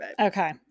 Okay